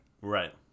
Right